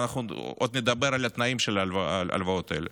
ואנחנו עוד נדבר על התנאים של ההלוואות האלה